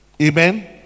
Amen